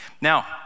Now